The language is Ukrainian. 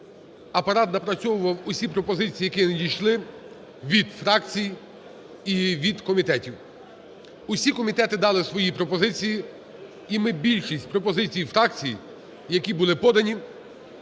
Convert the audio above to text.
Апарат напрацьовував усі пропозиції, які надійшли від фракцій і від комітетів. Усі комітети дали свої пропозиції і ми більшість пропозицій фракцій, які були подані